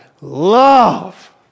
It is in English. love